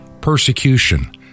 persecution